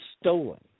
stolen